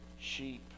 sheep